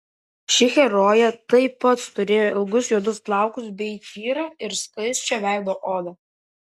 ši herojė taip pat turėjo ilgus juodus plaukus bei tyrą ir skaisčią veido odą